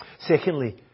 Secondly